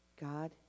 God